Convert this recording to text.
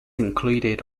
included